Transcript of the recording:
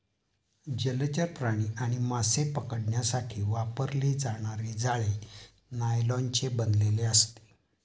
जलचर प्राणी आणि मासे पकडण्यासाठी वापरले जाणारे जाळे नायलॉनचे बनलेले असते